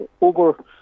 over